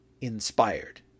inspired